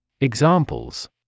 Examples